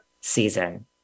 season